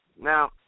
Now